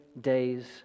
days